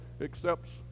accepts